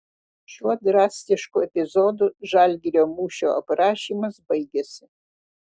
šiuo drastišku epizodu žalgirio mūšio aprašymas baigiasi